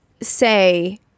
Say